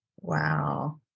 Wow